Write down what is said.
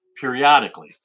periodically